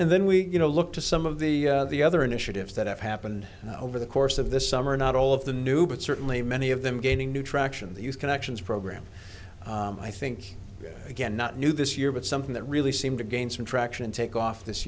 and then we you know look to some of the the other initiatives that have happened over the course of this summer not all of the new but certainly many of them gaining new traction these connections program i think again not new this year but something that really seemed to gain some traction and take off this